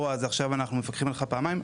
אז עכשיו אנחנו מפקחים עליך פעמיים,